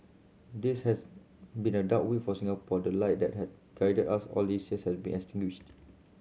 this has been a dark week for Singapore the light that had guided us all these years has been